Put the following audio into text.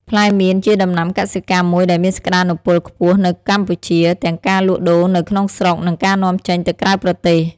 ផ្លែមៀនជាដំណាំកសិកម្មមួយដែលមានសក្តានុពលខ្ពស់នៅកម្ពុជា ទាំងការលក់ដូរនៅក្នុងស្រុក និងការនាំចេញទៅក្រៅប្រទេស។